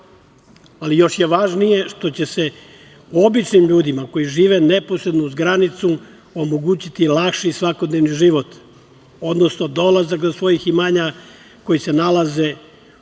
Ali još je važnije što će se običnim ljudima koji žive neposredno uz granicu omogućiti lakši svakodnevni život, odnosno dolazak do svojih imanja koja se nalaze u drugoj